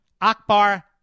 Akbar